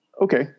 okay